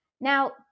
Now